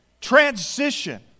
transition